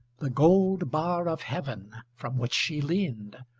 the gold bar of heaven from which she leaned,